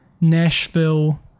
Nashville